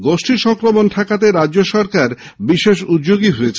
গোষ্ঠী সংক্রমণ ঠেকাতে রাজ্য সরকার বিশেষ উদ্যোগী হয়েছে